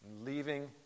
leaving